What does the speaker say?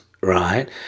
right